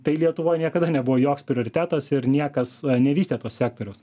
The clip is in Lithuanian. tai lietuvoj niekada nebuvo joks prioritetas ir niekas nevystė tuos sektorius